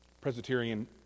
Presbyterian